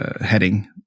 heading